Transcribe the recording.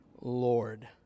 Lord